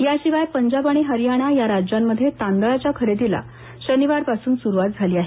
या शिवाय पंजाब आणि हरयाणा या राज्यांमध्ये तांदळाच्या खरेदीला शनिवारपासून सुरुवात झाली आहे